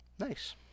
Nice